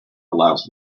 allows